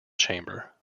chamber